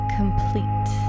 complete